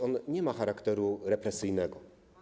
On nie ma charakteru represyjnego.